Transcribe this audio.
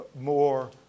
more